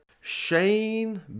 Shane